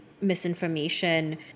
misinformation